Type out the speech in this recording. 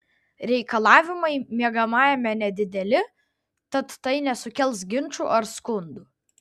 reikalavimai miegamajame nedideli tad tai nesukels ginčų ar skundų